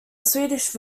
swedish